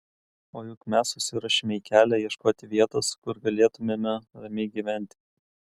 o juk mes susiruošėme į kelią ieškoti vietos kur galėtumėme ramiai gyventi